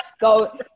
Go